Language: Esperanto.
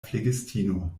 flegistino